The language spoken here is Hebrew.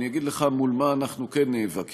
אני אגיד לך מול מה אנחנו כן נאבקים: